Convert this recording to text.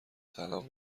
طلاق